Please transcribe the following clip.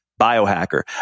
biohacker